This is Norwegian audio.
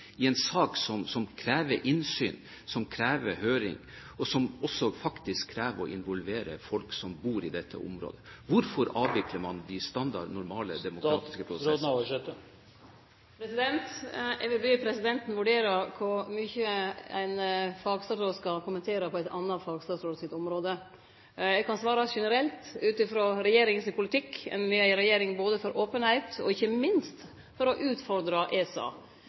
i en sak som krever innsyn, som krever høring, og som faktisk også krever at man involverer folk som bor i dette området. Hvorfor avvikler man de normale demokratiske prosesser? Eg vil be presidenten vurdere kor mykje ein fagstatsråd skal kommentere ein annan fagstatsråd sitt område. Eg kan svare generelt, ut frå regjeringa sin politikk: Me er ei regjering både for openheit og ikkje minst for å utfordre ESA.